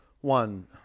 One